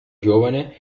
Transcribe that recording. giovane